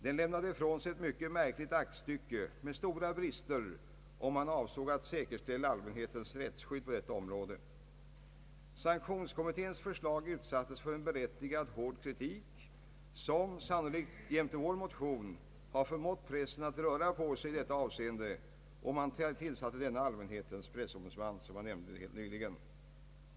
Den lämnade ifrån sig ett mycket märkligt aktstycke med stora brister, om Sanktionskommitténs förslag utsattes för en berättigad hård kritik som — sannolikt jämte vår motion — har förmått pressen att röra på sig i detta avseende, och man tillsatte då denna allmänhetens pressombudsman som jag nyss nämnde.